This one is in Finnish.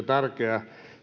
tärkeä